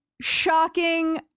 shocking